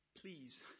please